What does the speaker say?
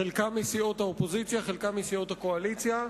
חלקם מסיעות האופוזיציה וחלקם מסיעות הקואליציה,